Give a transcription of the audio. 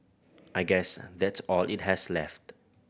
I guess that's all it has left